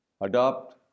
adopt